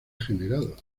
generado